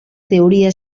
teoria